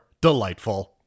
delightful